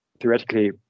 theoretically